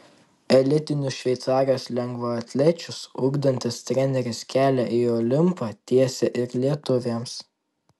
elitinius šveicarijos lengvaatlečius ugdantis treneris kelią į olimpą tiesia ir lietuvėms